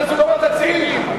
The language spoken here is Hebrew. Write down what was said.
את הזוגות הצעירים.